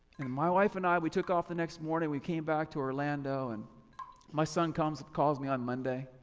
and my wife and i, we took off the next morning, we came back to orlando and my son comes and calls me on monday.